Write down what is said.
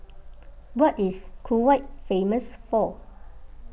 what is Kuwait famous for